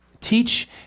teach